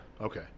Okay